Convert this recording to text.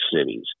cities